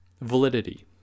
validity